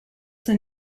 than